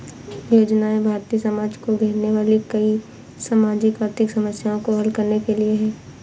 योजनाएं भारतीय समाज को घेरने वाली कई सामाजिक आर्थिक समस्याओं को हल करने के लिए है